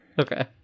Okay